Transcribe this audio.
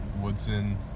Woodson